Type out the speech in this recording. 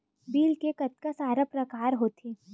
Bill के कतका सारा प्रकार होथे?